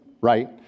right